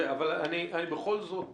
אבל אני בכל זאת